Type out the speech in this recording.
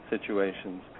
situations